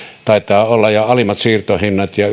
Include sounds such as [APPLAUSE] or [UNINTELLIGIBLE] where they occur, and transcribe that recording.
taitaa olla alimmilla siirtohinnoilla ja [UNINTELLIGIBLE]